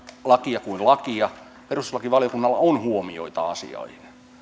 lakia kuin lakia käsitellessään perustuslakivaliokunnalla on huomioita asioihin